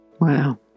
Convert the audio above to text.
Wow